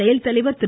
செயல்தலைவர் திரு